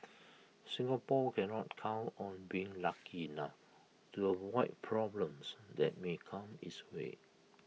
Singapore cannot count on being lucky enough to avoid problems that may come its way